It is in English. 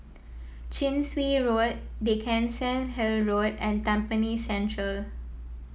Chin Swee Road Dickenson Hill Road and Tampine Central